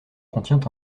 contient